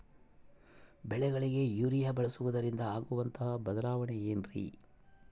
ಬೆಳೆಗಳಿಗೆ ಯೂರಿಯಾ ಬಳಸುವುದರಿಂದ ಆಗುವಂತಹ ಬದಲಾವಣೆ ಏನ್ರಿ?